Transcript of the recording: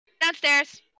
Downstairs